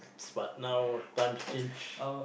but now times change